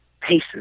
paces